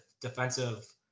defensive